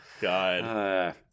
God